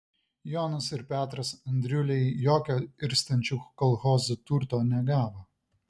jonas ir petras andriuliai jokio irstančių kolchozų turto negavo